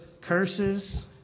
curses